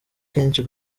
kenshi